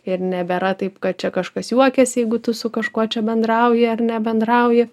ir nebėra taip kad čia kažkas juokiasi jeigu tu su kažkuo čia bendrauji ar nebendrauji